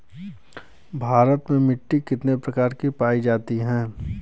भारत में मिट्टी कितने प्रकार की पाई जाती हैं?